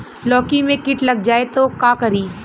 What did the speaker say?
लौकी मे किट लग जाए तो का करी?